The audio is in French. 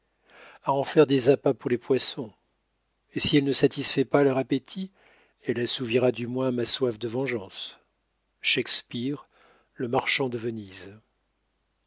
à en faire des appâts pour les poissons et si elle ne satisfait pas leur appétit elle assouvira du moins ma soif de vengeance shakespeare le marchand de venise